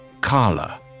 Carla